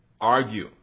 argue